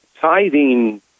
tithing